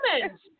comments